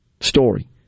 story